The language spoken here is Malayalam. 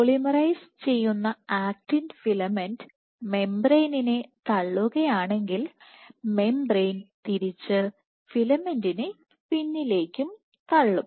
പോളിമറൈസ് ചെയ്യുന്ന ആക്റ്റിൻ ഫിലമെന്റ് Actin filament മെംബ്രേയ്നെ തള്ളുകയാണെങ്കിൽ മെംബ്രേയ്ൻ തിരിച്ച് ഫിലമെന്റിനെപിന്നിലേക്ക് തള്ളും